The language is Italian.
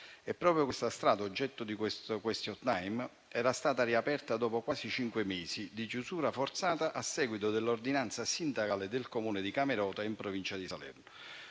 Proprio questa strada era stata riaperta dopo quasi cinque mesi di chiusura forzata a seguito dell'ordinanza sindacale del Comune di Camerota in provincia di Salerno.